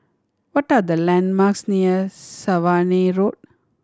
what are the landmarks near Swanage Road